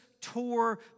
tore